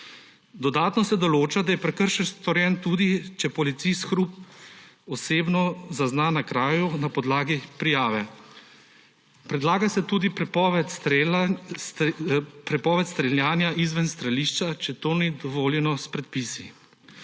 Dodatno se določa, da je prekršek storjen, tudi če policist hrup osebno zazna na kraju na podlagi prijave. Predlaga se tudi prepoved streljanja izven strelišča, če to ni dovoljeno s predpisi.